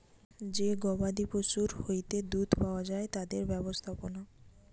যে গবাদি পশুর হইতে দুধ পাওয়া যায় তাদের ব্যবস্থাপনা